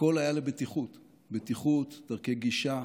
הכול היה לבטיחות, בטיחות, דרכי גישה.